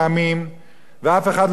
ואף אחד לא ידבר על הציבור,